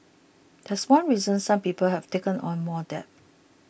that's one reason some people have taken on more debt